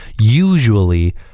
usually